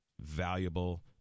valuable